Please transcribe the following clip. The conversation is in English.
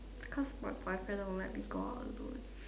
because my boyfriend don't let me go out alone